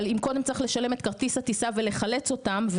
אבל אם קודם צריך לשלם את כרטיס הטיסה ולחלץ אותם,